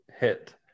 hit